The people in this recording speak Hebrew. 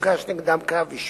שהוגש נגדם כתב-אישום,